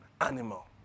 animal